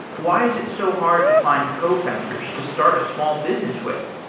why is it so hard to find cofounders to start a small business with?